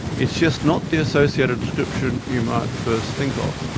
it's just not the associated description you might first think of.